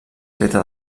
feta